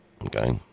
Okay